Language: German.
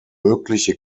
mögliche